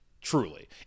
truly